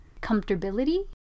comfortability